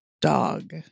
dog